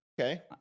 Okay